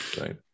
right